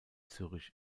zürich